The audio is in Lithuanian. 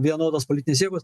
vienodos politinės jėgos